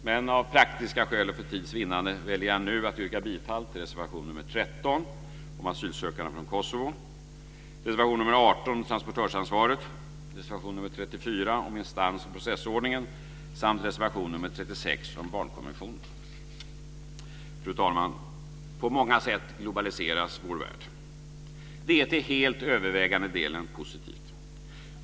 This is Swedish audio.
Men av praktiska skäl och för tids vinnande väljer jag nu att yrka bifall till reservation nr 13 om asylsökande från Fru talman! På många sätt globaliseras vår värld. Det är till helt övervägande del positivt.